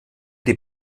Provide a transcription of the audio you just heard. die